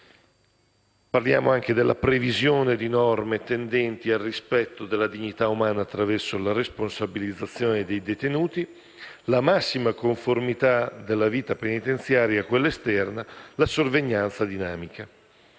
Parliamo anche della previsione di norme tendenti al rispetto della dignità umana attraverso la responsabilizzazione dei detenuti, la massima conformità della vita penitenziaria a quella esterna, la sorveglianza dinamica;